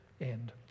end